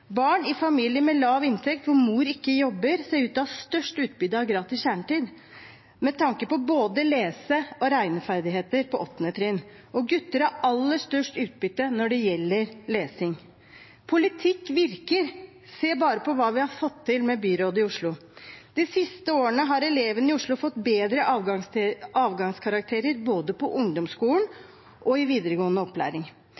Barn i familier med lav inntekt, hvor mor ikke jobber, ser ut til å ha størst utbytte av gratis kjernetid, med tanke på både lese- og regneferdigheter på 8. trinn. Og gutter har aller størst utbytte når det gjelder lesing. Politikk virker. Se bare på hva vi har fått til med byrådet i Oslo. De siste årene har elevene i Oslo fått bedre avgangskarakterer både på